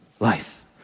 Life